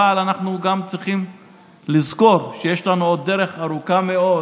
אבל אנחנו גם צריכים לזכור שיש לנו עוד דרך ארוכה מאוד